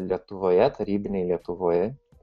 lietuvoje tarybinėje lietuvoje